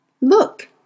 Look